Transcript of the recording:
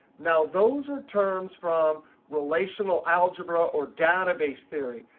now those are terms from relational algebra or database theory.